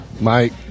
Mike